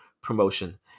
promotion